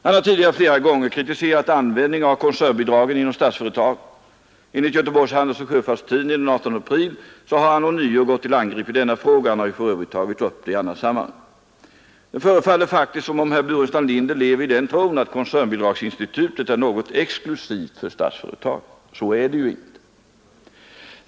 Han har tidigare flera gånger kritiserat användningen av koncernbidrag inom Statsföretag. Enligt Göteborgs Handelsoch Sjöfarts-Tidning den 18 april har han ånyo gått till angrepp i denna fråga, och han har för övrigt tagit upp den även i annat sammanhang. Det förefaller faktiskt som om herr Burenstam Linder lever i den tron att koncernbidragsinstitutet är något exklusivt för Statsföretag. Så är det ju inte.